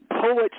Poets